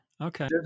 Okay